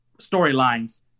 storylines